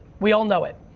we all know it.